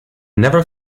never